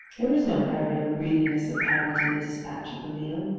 there is no hurry or greediness apparent in the despatch of the meal.